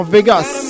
Vegas